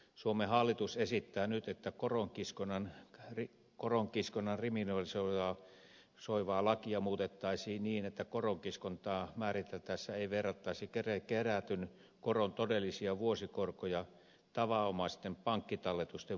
suomen hallitus esittää nyt että koronkiskonnan kriminalisoivaa lakia muutettaisiin niin että koronkiskontaa määriteltäessä ei verrattaisi kerätyn koron todellisia vuosikorkoja tavanomaisten pankkitalletusten vuosikorkoihin